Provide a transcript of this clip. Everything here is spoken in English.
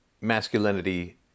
masculinity